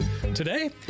Today